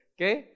Okay